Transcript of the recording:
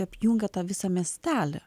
apjungia tą visą miestelį